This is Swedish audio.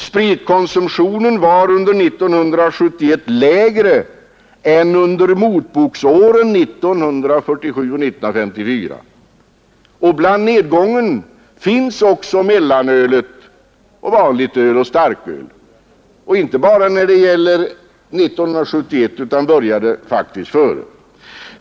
Spritkonsumtionen var under 1971 lägre än under motboksåren 1947—1954 och den nedgången gäller också för mellanöl, vanligt öl och starköl, inte bara för 1971 utan den började faktiskt tidigare.